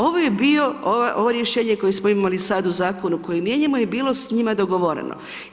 Ovo je bio, ovo rješenje koje smo imali sada u zakonu koji mijenjamo je bilo s njima dogovoreno.